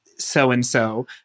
so-and-so